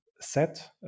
set